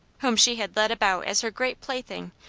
whom she had led about as her great plaything,